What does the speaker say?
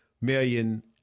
million